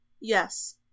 yes